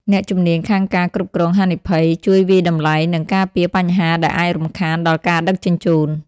អ្នកជំនាញខាងការគ្រប់គ្រងហានិភ័យ ជួយវាយតម្លៃ និងការពារបញ្ហាដែលអាចរំខានដល់ការដឹកជញ្ជូន។